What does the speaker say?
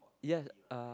ya uh